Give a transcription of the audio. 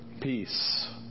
peace